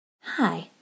Hi